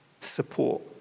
support